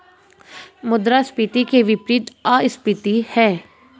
मुद्रास्फीति के विपरीत अपस्फीति है